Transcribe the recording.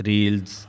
Reels